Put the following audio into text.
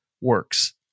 works